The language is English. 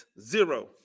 zero